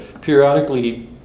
Periodically